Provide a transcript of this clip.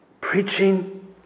preaching